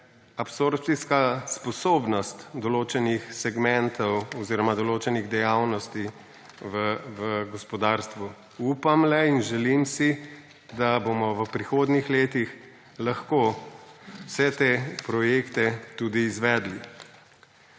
absorpcijska sposobnost določenih segmentov oziroma določenih dejavnosti v gospodarstvu. Le upam in želim si, da bomo v prihodnjih letih lahko vse te projekte tudi izvedli.